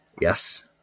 Yes